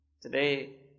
Today